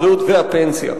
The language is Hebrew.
הבריאות והפנסיה,